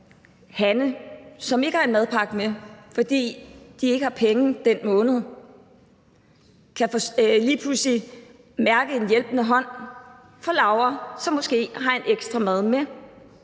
Hanne, som ikke har en madpakke med, fordi de ikke har penge den måned, lige pludselig kan mærke en hjælpende hånd fra Laura, som måske har en ekstra mad med.